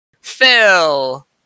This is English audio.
Phil